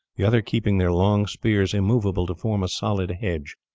the others keeping their long spears immovable to form a solid hedge.